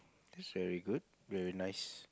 that's very good very nice